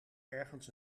ergens